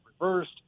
reversed